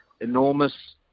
enormous